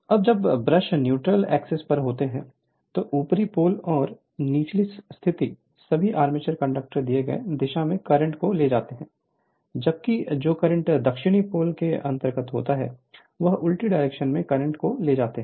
अब जब brush neutral axis पर होते हैं तो उत्तरी पोल के नीचे स्थित सभी आर्मेचर कंडक्टर दिए गए दिशा में करंट को ले जाते हैं जबकि जो करंट दक्षिणी पोल के अंतर्गत होता है वह उल्टी डायरेक्शन में करंट को ले जाते हैं